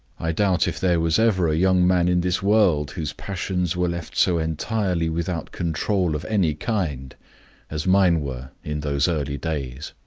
i doubt if there was ever a young man in this world whose passions were left so entirely without control of any kind as mine were in those early days.